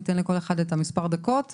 ניתן לכל אחד מספר דקות,